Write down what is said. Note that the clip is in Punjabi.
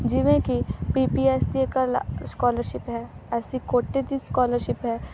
ਜਿਵੇਂ ਕਿ ਪੀ ਪੀ ਐੱਸ ਦੀ ਇੱਕ ਲ ਸਕੋਲਰਸ਼ਿਪ ਹੈ ਐਸ ਸੀ ਕੋਟੀ ਦੀ ਸਕੋਲਰਸ਼ਿਪ ਹੈ